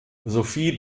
sophie